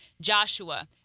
Joshua